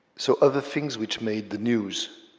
so, of the things which made the news,